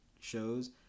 shows